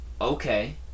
okay